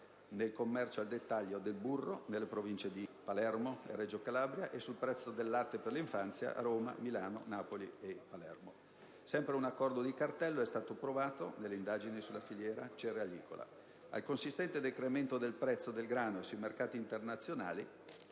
nel commercio al dettaglio del burro nelle province di Palermo e Reggio Calabria e sul prezzo del latte per l'infanzia a Roma, Milano, Napoli e Palermo. Sempre un accordo di cartello è stato provato nelle indagini sulla filiera cerealicola. Al consistente decremento del prezzo del grano sui mercati internazionali